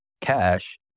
cash